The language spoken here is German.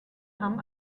hamm